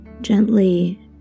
gently